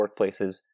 workplaces